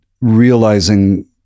realizing